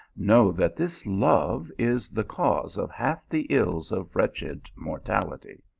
know that this love is the cause of half the ills of wretched mortality.